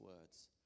words